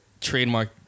trademark